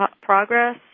progress